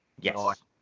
Yes